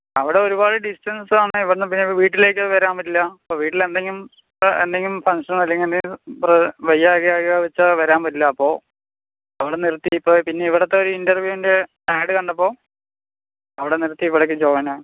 അവിടെ ഒരുപാട് ഡിസ്റ്റൻസാണേ ഇവിടെ നിന്ന് പിന്നെ വീട്ടിലേക്ക് വരാൻ പറ്റില്ല അപ്പം വീട്ടിലെന്തെങ്കിലും ഇപ്പം എന്തെങ്കിലും ഫംഗ്ഷനൊ അല്ലെങ്കിൽ എന്തെങ്കിലും ഇപ്പം വയ്യായ്ക ആയ്ക വെച്ചാൽ വരാൻ പറ്റില്ല അപ്പോൾ അപ്പം അവിടെ നിർത്തി ഇപ്പോൾ പിന്നെ ഇവിടുത്തെ ഒരു ഇൻറ്റർവ്യുൻ്റെ ആഡ് കണ്ടപ്പോൾ അവിടെ നിർത്തി ഇവിടേക്ക് ജോയിനാ